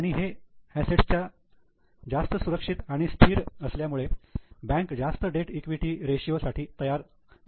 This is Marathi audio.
आणि हे असेटच्या जास्त सुरक्षित आणि स्थिर असल्यामुळे बँक जास्त डेट ईक्विटी रेशियो साठी तयार असतात